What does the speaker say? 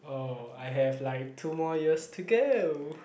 oh I have like two more years to go